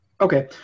Okay